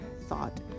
thought